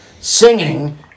singing